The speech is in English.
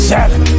Seven